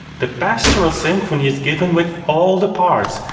the pastoral symphony is given with all the parts,